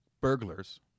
burglars